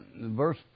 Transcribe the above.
Verse